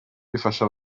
bifasha